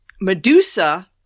Medusa